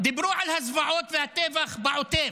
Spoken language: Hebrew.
דיברו על הזוועות והטבח בעוטף.